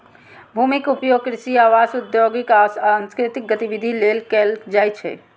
भूमिक उपयोग कृषि, आवास, औद्योगिक आ सांस्कृतिक गतिविधि लेल कैल जाइ छै